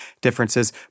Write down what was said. differences